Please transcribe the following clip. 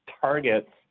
targets